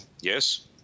Yes